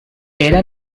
era